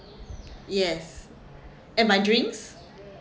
yes and my drinks